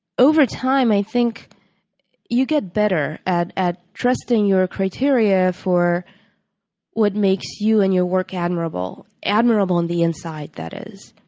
over time, i think you get better at at trusting your criteria for what makes you and your work admirable admirable on the inside, that is